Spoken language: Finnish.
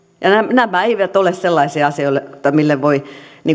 nämä eivät ole sellaisia asioita mille voi